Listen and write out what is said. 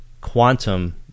quantum